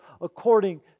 according